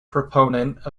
proponent